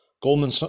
Goldman